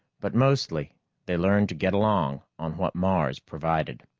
but mostly they learned to get along on what mars provided.